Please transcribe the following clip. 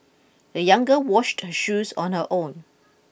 the young girl washed her shoes on her own